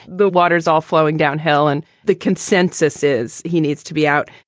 the water's all flowing downhill and the consensus is he needs to be out.